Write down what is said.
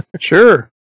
sure